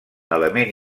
element